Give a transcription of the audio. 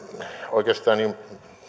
oikeastaan